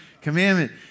commandment